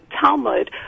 Talmud